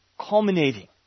culminating